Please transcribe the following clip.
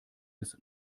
bis